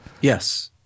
yes